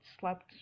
slept